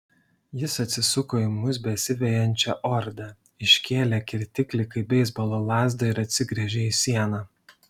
jis atsisuko į mus besivejančią ordą iškėlė kirtiklį kaip beisbolo lazdą ir atsigręžė į sieną